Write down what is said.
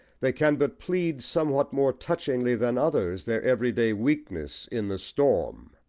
they can but plead somewhat more touchingly than others their everyday weakness in the storm.